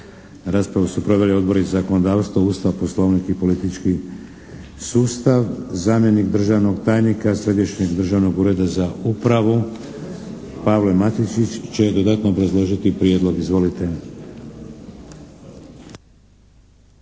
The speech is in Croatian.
Raspravu su proveli Odbori za zakonodavstvo, Ustav, Poslovnik i politički sustav. Zamjenik državnog tajnika Središnjeg državnog Ureda za upravu Pavle Matičić će dodatno obrazložiti prijedlog. Izvolite.